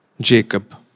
Jacob